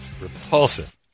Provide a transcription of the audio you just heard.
repulsive